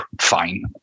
fine